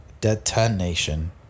detonation